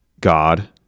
god